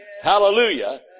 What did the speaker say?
Hallelujah